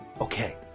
Okay